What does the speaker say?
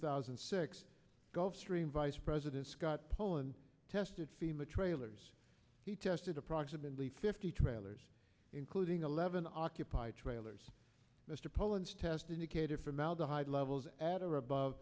thousand and six gulf stream vice president scott poland tested fema trailers he tested approximately fifty trailers including eleven archaea pipe trailers mr poland's test indicated formaldehyde levels at or above